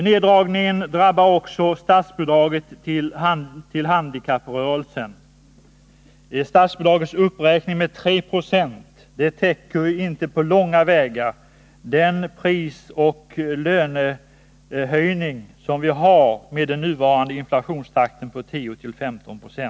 Också handikapprörelsen drabbas av neddragningar. Statsbidragets uppräkning med 3 96 täcker inte på långa vägar prisoch lönehöjningarna till följd av den årliga inflationstakten på 10-15 96.